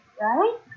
right